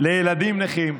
לילדים נכים,